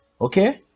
Okay